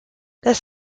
this